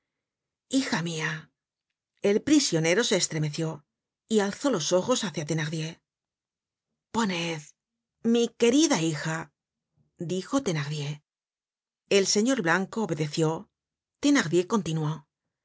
hija mia el prisionero se estremeció y alzó los ojos hácia thenardier poned mi querida hija dijo thenardier el señor blanco obedeció thenardier continuó